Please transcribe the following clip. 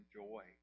joy